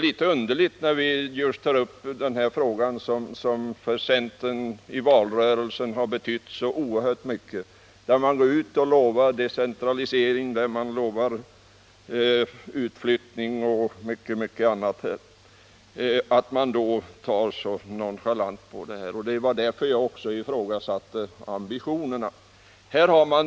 Denna fråga betydde just för centern så oerhört mycket i valrörelsen; man gick ut och lovade decentralisering, utflyttning och mycket annat. Det är då förvånande att man nu tar så nonchalant på det hela. Det var därför jag ifrågasatte ambitionerna.